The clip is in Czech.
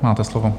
Máte slovo.